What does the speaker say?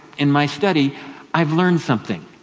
in my study i've learned something.